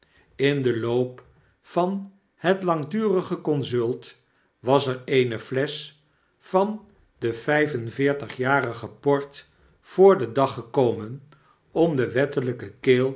in den loop van net langdurige consult was er eene flesch van den vyf-en-veertigjarigen port voor den dag gekomen om de wettelyke